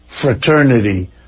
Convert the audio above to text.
fraternity